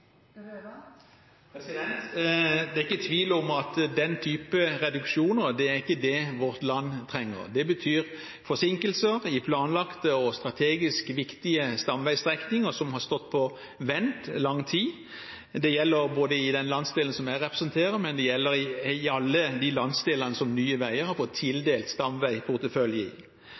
Det er ikke tvil om at den type reduksjoner ikke er det vårt land trenger. Det betyr forsinkelser i planlagte og strategisk viktige stamveistrekninger som har stått på vent i lang tid. Det gjelder i den landsdelen som jeg representerer, men det gjelder også i alle de landsdelene som Nye Veier har fått tildelt stamveiportefølje